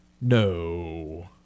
No